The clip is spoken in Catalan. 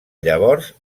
llavors